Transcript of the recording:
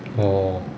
orh